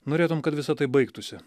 norėtum kad visa tai baigtųsi